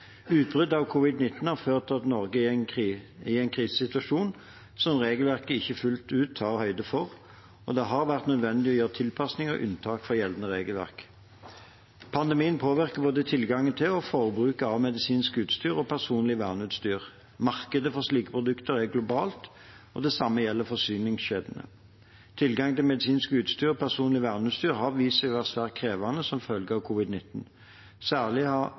har ført til at Norge er i en krisesituasjon som regelverket ikke fullt ut tar høyde for, og det har vært nødvendig å gjøre tilpasninger og unntak fra gjeldende regelverk. Pandemien påvirker både tilgangen til og forbruket av medisinsk utstyr og personlig verneutstyr. Markedet for slike produkter er globalt, og det samme gjelder forsyningskjedene. Tilgangen til medisinsk utstyr og personlig verneutstyr har vist seg å være svært krevende som følge av covid-19. Særlig har